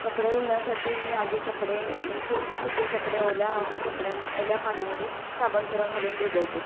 कपडे धुण्यासाठी मी आधी कपडे सु सुके कपडे ओल्या ह् कपड्यां ओल्या पाण्यामध्ये साबणचुरा घालून भिजवते